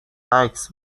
عکس